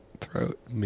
throat